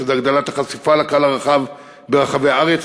שזה הגדלת החשיפה לקהל הרחב ברחבי הארץ.